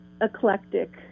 eclectic